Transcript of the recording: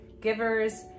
givers